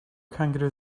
kangaroos